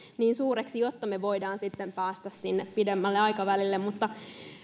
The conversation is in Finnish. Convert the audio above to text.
niin suuriksi jotta me voimme sitten päästä sinne pidemmälle aikavälille mutta